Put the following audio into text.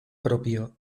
propio